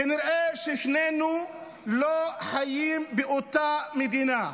כנראה ששנינו לא חיים באותה מדינה.